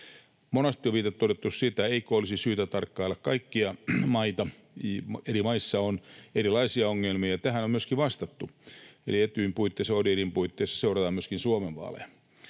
Monesti on todettu, että eikö olisi syytä tarkkailla kaikkia maita, eri maissa on erilaisia ongelmia. Tähän on myöskin vastattu, eli Etyjin puitteissa, ODIHRin puitteissa seurataan myöskin Suomen vaaleja.